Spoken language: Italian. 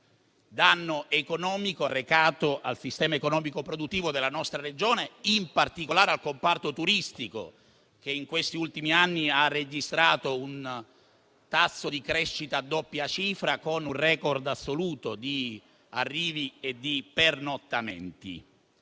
danno economico arrecato al sistema economico-produttivo della nostra Regione, in particolare al comparto turistico, che in questi ultimi anni ha registrato un tasso di crescita a doppia cifra, con un *record* assoluto di arrivi e di pernottamenti.